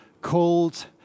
called